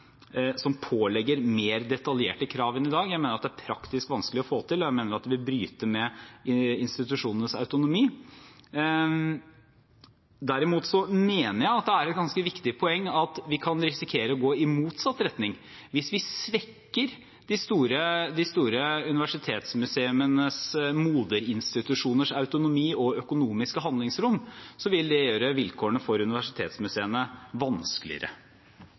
som pålegger mer detaljerte krav enn i dag. Jeg mener det er praktisk vanskelig å få til. Jeg mener det vil bryte med institusjonenes autonomi. Derimot mener jeg det er et ganske viktig poeng at vi kan risikere å gå i motsatt retning. Hvis vi svekker de store universitetsmuseenes moderinstitusjoners autonomi og økonomiske handlingsrom, vil det gjøre vilkårene for universitetsmuseene vanskeligere.